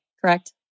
Correct